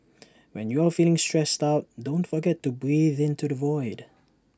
when you are feeling stressed out don't forget to breathe into the void